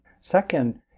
Second